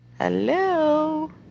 Hello